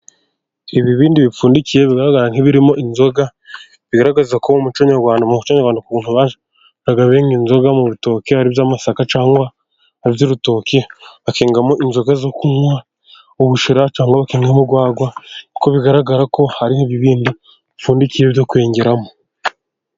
Ibibindi bipfundikiye bigaragara nk'ibiririmo inzoga. Bigaragaza ko umuco nyarwanda ukuntu bengaga inzoga mu bitoki by'amasaka cyangwa mu birutoki bakengamo inzoga zo kunywa ubushera, cyangwa bakengamo urwagwa kuko bigaragara ko hari ibibindi bipfundikiye byo kwingeramo.